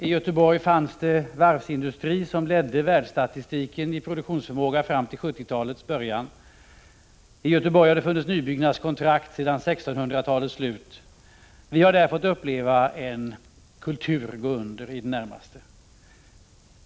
I Göteborg fanns varvsindustri som ledde världsstatistiken i produktionsförmåga fram till 1970-talets början. I Göteborg har funnits nybyggnadskontrakt sedan 1600-talets slut. Vi har där fått uppleva att en kultur gått under, i det närmaste.